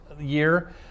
year